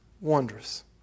wondrous